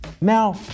Now